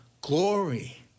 glory